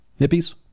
hippies